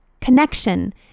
connection